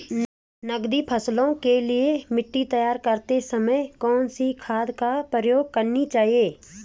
नकदी फसलों के लिए मिट्टी तैयार करते समय कौन सी खाद प्रयोग करनी चाहिए?